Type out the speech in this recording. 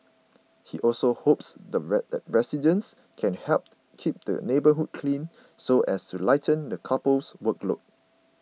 he also hopes that residents can help keep the neighbourhood clean so as to lighten the couple's workload